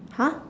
!huh!